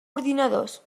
ordinadors